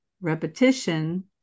repetition